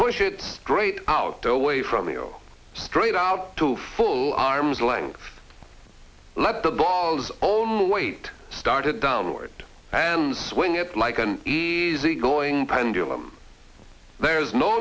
push it straight out to away from your straight out to full arm's length let the balls own weight started downward and swing it like an easygoing pendulum there is no